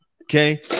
Okay